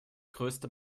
größte